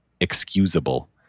excusable